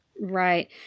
Right